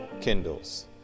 kindles